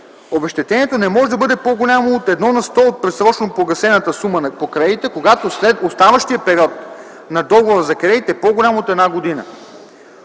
обезщетението не може да бъде по-голямо от 1 на сто и предсрочно погасената сума по кредита, когато оставащият период на договора за кредит е по-голяма от 1 година;